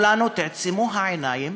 ואמרו לנו: תעצמו העיניים,